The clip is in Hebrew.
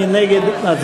מי נגד?